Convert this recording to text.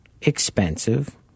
expensive